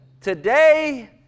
today